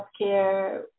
healthcare